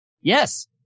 Yes